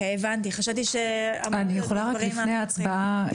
לפני ההצבעה